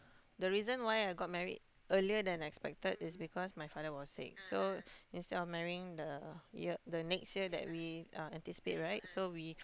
the reason why I got married earlier than expected is because my father was sick so instead of marrying the year the next year that we uh anticipate right so we